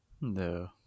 No